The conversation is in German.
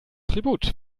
tribut